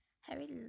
Harry